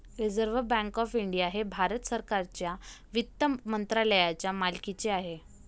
reserve bank of India हे भारत सरकारच्या वित्त मंत्रालयाच्या मालकीचे आहे